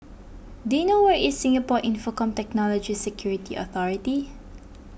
do you know where is Singapore Infocomm Technology Security Authority